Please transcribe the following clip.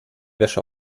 wäsche